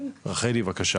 בבקשה